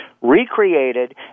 recreated